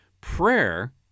Prayer